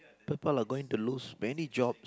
people are going to lose many job